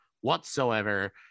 whatsoever